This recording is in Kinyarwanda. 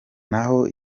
naho